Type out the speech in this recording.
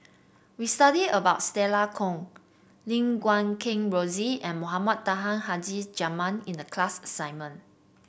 we studied about Stella Kon Lim Guat Kheng Rosie and Mohamed Taha Haji Jamil in the class assignment